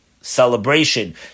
celebration